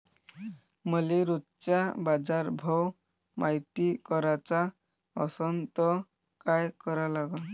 मले रोजचा बाजारभव मायती कराचा असन त काय करा लागन?